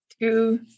two